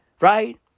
right